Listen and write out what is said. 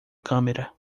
câmera